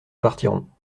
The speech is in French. partirons